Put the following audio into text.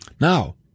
Now